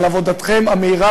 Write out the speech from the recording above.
על עבודתם המהירה,